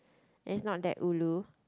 and it's not that ulu